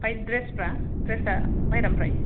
ओमफ्राय ड्रेसफोरा ड्रेसआ बाहेरानिफ्राय